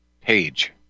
page